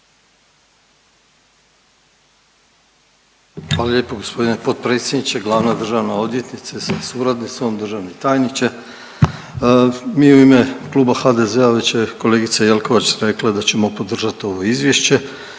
Hvala lijepo g. potpredsjedniče. Glavna državna odvjetnice sa suradnicom, državni tajniče. Mi u ime kluba HDZ-a, već je kolegica Jelkovac rekla da ćemo podržat ovo izvješće